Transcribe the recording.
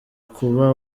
kuba